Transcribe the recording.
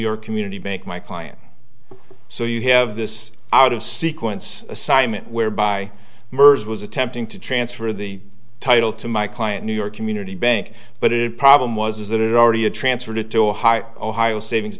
york community bank my client so you have this out of sequence assignment whereby mers was attempting to transfer the title to my client new york community bank but it problem was that it already had transferred it to ohio ohio savings